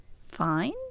fine